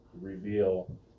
reveal